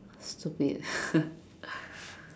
stupid